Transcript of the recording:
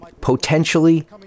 potentially